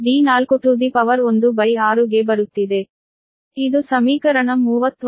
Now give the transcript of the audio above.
ಇದು ಸಮೀಕರಣ 39